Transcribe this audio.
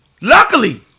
luckily